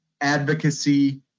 advocacy